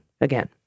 again